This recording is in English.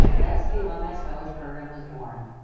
thus, the alumni scholars program was born.